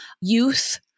youth